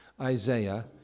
Isaiah